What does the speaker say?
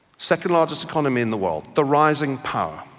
second largest economy in the world. the rising power.